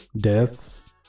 Deaths